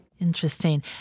Interesting